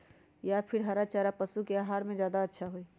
या फिर हरा चारा पशु के आहार में ज्यादा अच्छा होई?